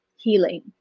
Healing